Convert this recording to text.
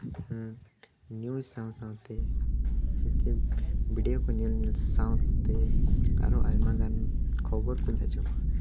news ᱥᱟᱶ ᱥᱟᱶᱛᱮ ᱡᱮ ᱵᱷᱤᱰᱤᱭᱳ ᱠᱚ ᱧᱮᱞ ᱧᱮᱞ ᱥᱟᱶᱛᱮ ᱟᱨᱦᱚᱸ ᱟᱭᱢᱟ ᱜᱟᱱ ᱠᱷᱚᱵᱚᱨ ᱠᱚᱧ ᱟᱸᱡᱚᱢᱟ